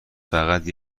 فقط